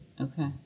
Okay